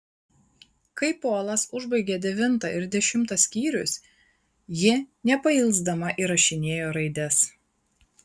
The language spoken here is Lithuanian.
kai polas užbaigė devintą ir dešimtą skyrius ji nepailsdama įrašinėjo raides